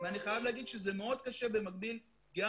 אני חייב להגיד שזה מאוד קשה במקביל גם